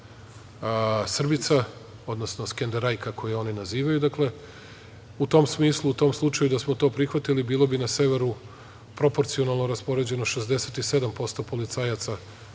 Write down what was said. Srbica, odnosno „Skenderajka“ koju oni nazivaju.U tom smislu, u tom slučaju da smo to prihvatili bilo bi na severu proporcionalno raspoređeno 67% policajaca